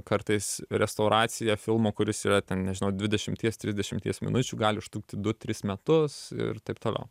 kartais restauracija filmo kuris yra ten nežinau dvidešimties trisdešimties minučių gali užtrukti du tris metus ir taip toliau